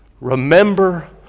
remember